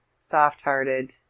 soft-hearted